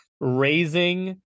raising